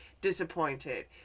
disappointed